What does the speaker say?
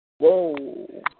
Whoa